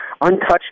untouched